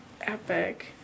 Epic